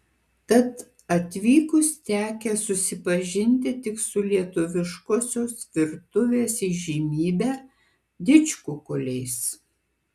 tad atvykus tekę susipažinti tik su lietuviškosios virtuvės įžymybe didžkukuliais